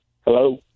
Hello